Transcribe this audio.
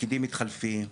הפקידים מתחלפים,